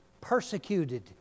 persecuted